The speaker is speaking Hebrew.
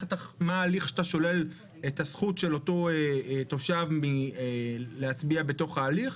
מה ההליך שאתה שולל את הזכות של אותו תושב מלהצביע בתוך ההליך.